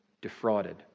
defrauded